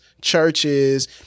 churches